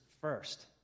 first